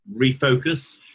Refocus